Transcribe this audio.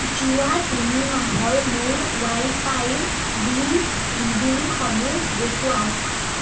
যোৱা তিনি মাহৰ মোৰ ৱাইফাইৰ বিল ৰিডিংসমূহ দেখুৱাওক